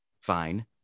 fine